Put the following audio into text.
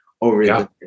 over